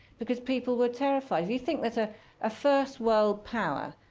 because people were terrified. if you think that a ah first world power,